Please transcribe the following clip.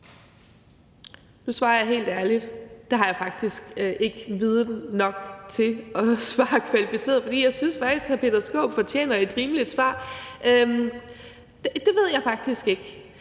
Nu svarer jeg helt ærligt: Det har jeg faktisk ikke viden nok til at svare kvalificeret på. For jeg synes faktisk, at hr. Peter Skaarup fortjener et rimeligt svar. Det ved jeg faktisk ikke.